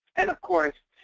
and of course,